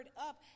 up